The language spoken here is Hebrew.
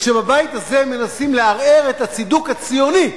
כשבבית הזה מנסים לערער את הצידוק הציוני,